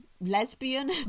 lesbian